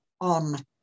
on